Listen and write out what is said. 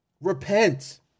Repent